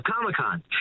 comic-con